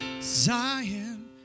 Zion